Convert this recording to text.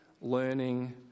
learning